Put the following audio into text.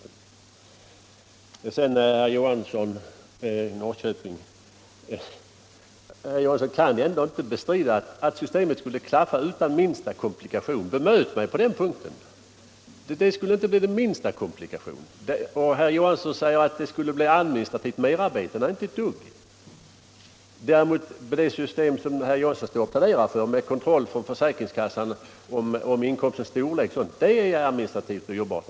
Sedan till herr Johansson i Jönköping. Herr Johansson kan ändå inte bestrida att systemet skulle klaffa utan minsta komplikationer. Bemöt mig på den punkten! Det skulle inte bli den minsta komplikation. Herr Johansson säger att den av mig föreslagna ändringen skulle medföra administrativt merarbete. Nej, inte ett dugg. Däremot skulle det system med kontroll från försäkringskassan av inkomstens storlek som herr Johansson pläderar för bli administrativt dyrbart.